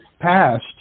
passed